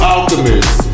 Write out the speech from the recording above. Alchemist